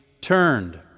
Turned